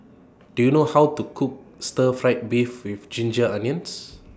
Do YOU know How to Cook Stir Fried Beef with Ginger Onions